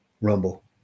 rumble